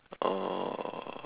or